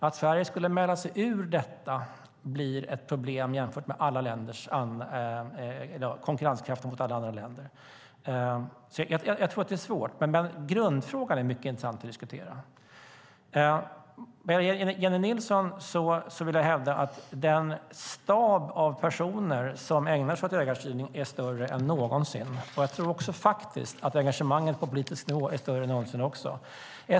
Om Sverige skulle mäla sig ur detta blir det problem när det gäller konkurrenskraften i förhållande till alla andra länder. Jag tror att det är svårt, men grundfrågan är mycket intressant att diskutera. Till Jennie Nilsson vill jag säga att den stab av personer som ägnar sig åt ägarstyrning är större än någonsin. Jag tror faktiskt också att engagemanget på politisk nivå är större än någonsin.